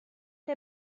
der